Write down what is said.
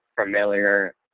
familiar